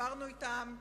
דיברנו אתם,